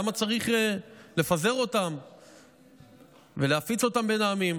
למה צריך לפזר אותם ולהפיץ אותם בין העמים?